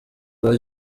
rwa